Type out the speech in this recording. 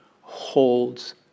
holds